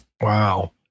Wow